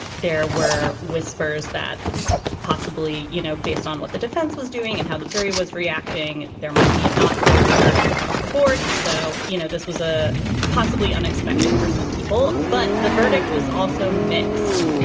there were whispers that possibly, you know, based on what the defense was doing and how the jury was reacting, there might be a not guilty verdict across the board. so, you know, this was a possibly unexpected for some people, but the verdict was also mixed.